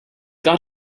got